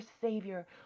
savior